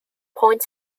point